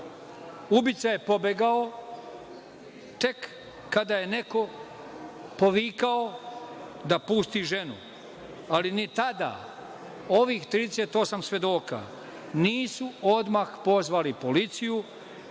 Ubica je pobegao tek kada je neko povikao da pusti ženu, ali ni tada ovih 38 svedoka nisu odmah pozvali policiju